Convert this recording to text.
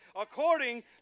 According